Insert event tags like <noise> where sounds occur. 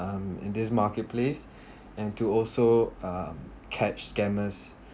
um in this market place <breath> and to also um catch scammers <breath>